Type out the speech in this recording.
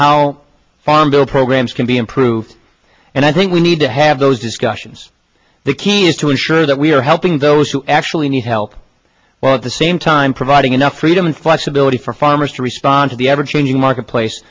how farm programs can be improved and i think we need to have those discussions the key is to ensure that we are helping those who actually need help or at the same time providing enough freedom flexibility for farmers to respond to the ever changing marketplace